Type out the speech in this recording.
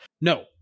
No